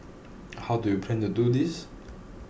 how do you plan to do this